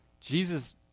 Jesus